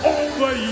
over